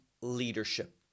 leadership